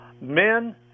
Men